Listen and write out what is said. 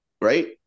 Right